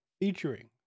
featuring